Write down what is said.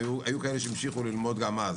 היו כאלה שהמשיכו ללמוד גם אז.